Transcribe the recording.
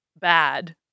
bad